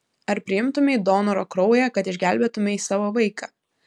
ar priimtumei donoro kraują kad išgelbėtumei savo vaiką